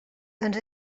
ens